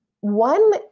One